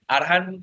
Arhan